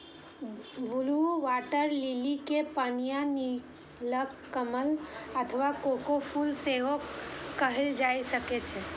blue water lily कें पनिया नीलकमल अथवा कोका फूल सेहो कहल जाइ छैक